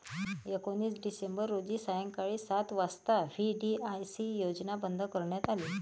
एकोणीस डिसेंबर रोजी सायंकाळी सात वाजता व्ही.डी.आय.सी योजना बंद करण्यात आली